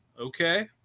okay